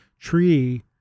tree